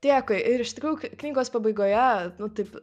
dėkui ir iš tikrųjų knygos pabaigoje nu taip